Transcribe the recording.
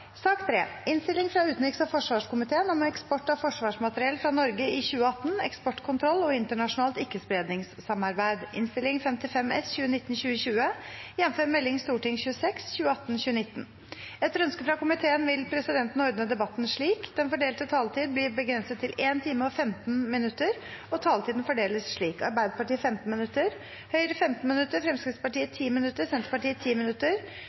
sak nr. 2. Etter ønske fra utenriks- og forsvarskomiteen vil presidenten ordne debatten slik: Den fordelte taletid blir begrenset til 1 time og 15 minutter. Taletiden fordeles slik: Arbeiderpartiet 15 minutter, Høyre 15 minutter, Fremskrittspartiet 10 minutter, Senterpartiet 10 minutter,